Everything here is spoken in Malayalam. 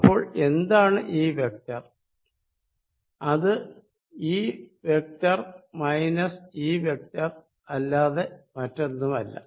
അപ്പോൾ എന്താണ് ഈ വെക്ടർ അത് ഈ വെക്ടർ മൈനസ് ഈ വെക്ടർ അല്ലാതെ മറ്റൊന്നുമല്ല